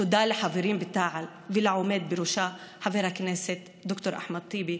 תודה לחברים בתע"ל ולעומד בראשה חבר הכנסת ד"ר אחמד טיבי,